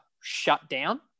shutdown